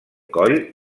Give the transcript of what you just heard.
coll